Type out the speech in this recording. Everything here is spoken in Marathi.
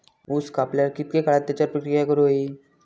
ऊस कापल्यार कितके काळात त्याच्यार प्रक्रिया करू होई?